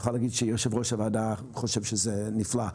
אתה יכול להגיד שיושב ראש הוועדה חושב שזה נפלא.